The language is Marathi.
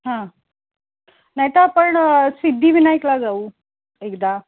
हां नाहीतर आपण सिद्धिविनायकला जाऊ एकदा